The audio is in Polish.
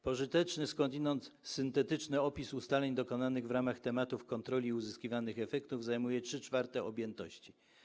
Pożyteczny, skądinąd syntetyczny opis ustaleń dokonanych w ramach tematów kontroli i uzyskiwanych efektów zajmuje 3/4 objętości.